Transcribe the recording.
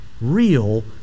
real